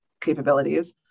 capabilities